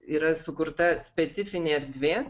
yra sukurta specifinė erdvė